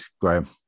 Graham